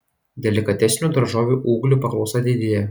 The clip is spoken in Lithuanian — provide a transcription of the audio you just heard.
delikatesinių daržovių ūglių paklausa didėja